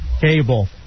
Cable